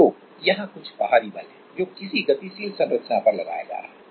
तो तो यहां कुछ बाहरी बल है जो किसी गतिशील संरचना पर लगाया जा रहा है